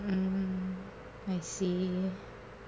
mm I see